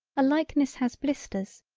a likeness has blisters,